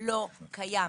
לא קיים.